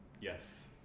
yes